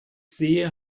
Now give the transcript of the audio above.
sehe